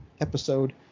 episode